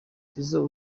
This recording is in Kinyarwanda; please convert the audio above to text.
tizzo